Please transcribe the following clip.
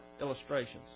illustrations